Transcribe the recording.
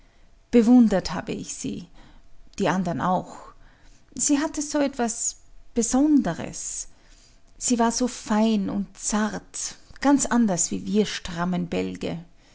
bewundert habe ich sie die andern auch sie hatte so etwas besonderes sie war so fein und zart ganz anders wie wir strammen bälge